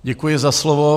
Děkuji za slovo.